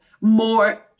more